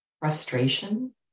frustration